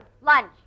Lunch